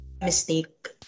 mistake